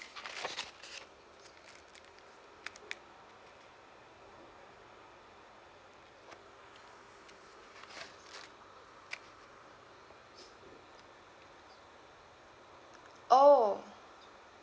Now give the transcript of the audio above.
oh